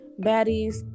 baddies